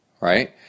right